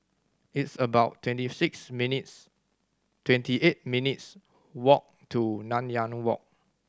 it's about twenty six minutes twenty eight minutes' walk to Nanyang Walk